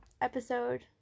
episode